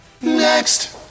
Next